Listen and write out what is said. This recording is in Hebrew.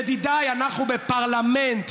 ידידיי, אנחנו בפרלמנט.